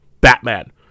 batman